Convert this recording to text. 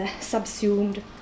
subsumed